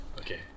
okay